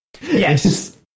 yes